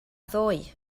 ddoe